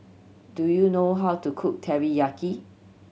do you know how to cook Teriyaki